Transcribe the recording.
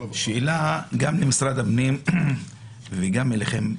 שאלה גם למשרד הפנים וגם לכם.